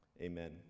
Amen